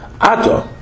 Ato